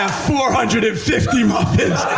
ah four hundred and fifty muffins!